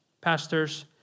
pastors